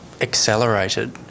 accelerated